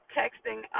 texting